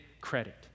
credit